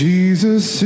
Jesus